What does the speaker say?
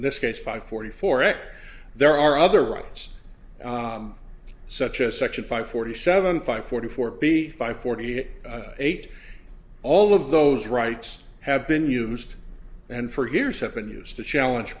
this case five forty four act there are other rights such as section five forty seven five forty four b five forty eight all of those rights have been used and for years have been used to challenge